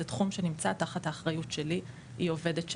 זה תחום שנמצא תחת אחריות שלי, היא עובדת שלי.